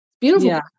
beautiful